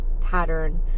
pattern